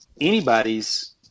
anybody's